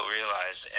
realize